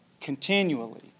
continually